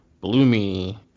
Bloomy